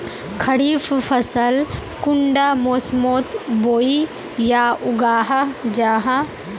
खरीफ फसल कुंडा मोसमोत बोई या उगाहा जाहा?